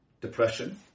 depression